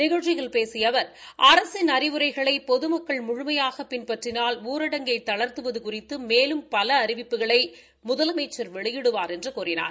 நிகழ்ச்சியில் பேசிய அவர் அரசின் அறிவுரைகளை பொதுமக்கள் முழுமையாக பிள்பற்றினால் ஊரடங்கை தளர்த்துவது குறித்து மேலும் பல அறிவிப்புகளை முதலமைச்சர் வெளியிடுவார் என்று கூறினார்